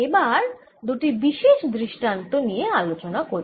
এবার দুটি বিশেষ দৃষ্টান্ত নিয়ে আলোচনা করি